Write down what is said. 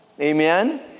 Amen